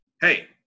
Hey